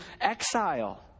exile